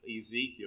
Ezekiel